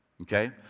Okay